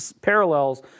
parallels